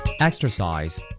Exercise